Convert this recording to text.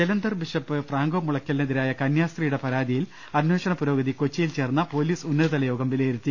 Jalandhar bishop Franco മുളയ്ക്കലിനെതിരായ കന്യാ സ്ത്രീയുടെ പരാതിയിൽ അന്വേഷണ പുരോഗതി കൊച്ചിയിൽ ചേർന്ന പൊലീസ് ഉന്നതതലയോഗം വിലയിരുത്തി